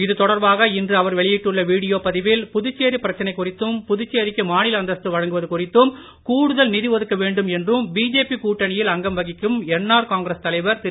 இதுதொடர்பாக இன்று அவர் வெளியிட்டுள்ள வீடியோ பதிவில் புதுச்சேரி பிரச்சனை குறித்தும் புதுச்சேரிக்கு மாநில அந்தஸ்து வழங்குவது குறித்தும் கூடுதல் நிதி ஒதுக்க வேண்டும் என்றும் பிஜேபி கூட்டணியில் அங்கம் வகிக்கும் என்ஆர் காங்கிரஸ் தலைவர் திரு